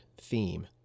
theme